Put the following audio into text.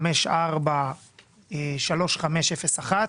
543501,